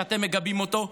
שאתם מגבים אותו,